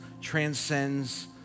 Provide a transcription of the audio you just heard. transcends